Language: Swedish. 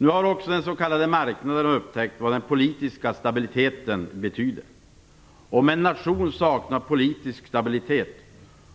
Nu har också den s.k. marknaden upptäckt vad den politiska stabiliteten betyder. Om en nation saknar politisk stabilitet